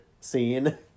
scene